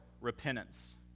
repentance